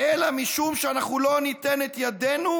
אלא משום שאנחנו לא ניתן את ידנו